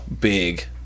big